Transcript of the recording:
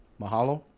mahalo